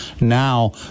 now